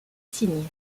signes